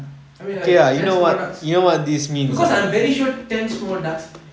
I mean lah ten small ducks because I'm very sure ten small ducks